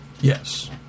Yes